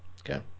Okay